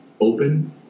open